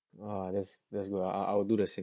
!wah! that's that's cool ah I will do the same